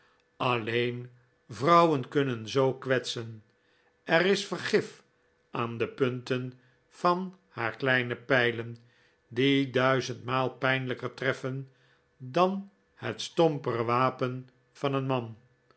alleen vrouwen kunnen zoo kwetsen er is vergif aan de punten van haar kleine pijlen die duizendmaal pijnlijker treffen dan net stompere wapen van een man